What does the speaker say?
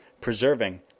preserving